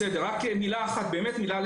בסדר, רק עוד מילה אחת לסיכום.